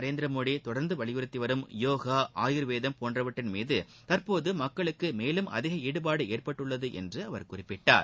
நரேந்திரமோடி தொடர்ந்து வலியுறுத்தி வரும் யோகா ஆயுர்வேதம் போன்றவற்றின் மீது தற்போது மக்களுக்கு மேலும் அதிக ஈடுபாடு ஏற்பட்டுள்ளது என்று அவர் குறிப்பிட்டார்